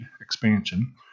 expansion